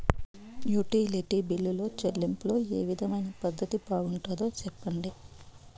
Utility బిల్లులో చెల్లింపులో ఏ విధమైన పద్దతి బాగుంటుందో సెప్పండి?